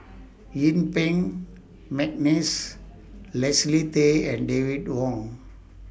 Yuen Peng Mcneice Leslie Tay and David Wong